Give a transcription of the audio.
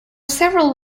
several